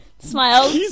smile